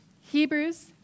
Hebrews